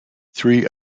three